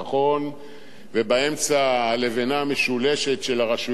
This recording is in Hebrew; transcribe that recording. הלבנה המשולשת של הרשויות המקומיות וכל כיוצא באלה,